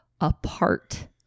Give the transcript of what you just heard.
apart